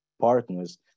partners